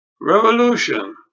Revolution